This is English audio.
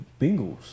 Bengals